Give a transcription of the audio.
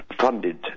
funded